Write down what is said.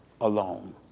alone